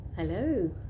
Hello